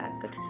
good